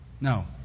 No